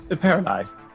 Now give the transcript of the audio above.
paralyzed